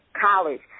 college